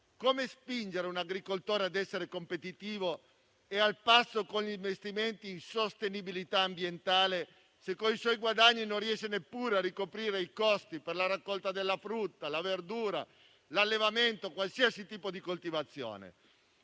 Come spingere un agricoltore a essere competitivo e al passo con gli investimenti in sostenibilità ambientale se, con i suoi guadagni, non riesce neppure a ricoprire i costi per la raccolta della frutta e della verdura, l'allevamento e qualsiasi tipo di coltivazione?